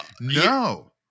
No